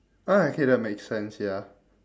alright okay that makes sense ya